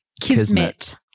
Kismet